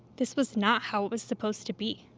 this was not how it was supposed to be.